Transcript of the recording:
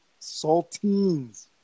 Saltines